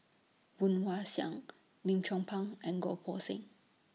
Woon Wah Siang Lim Chong Pang and Goh Poh Seng